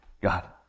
God